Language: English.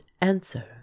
answer